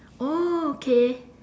orh K